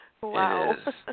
Wow